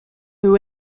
who